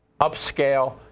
upscale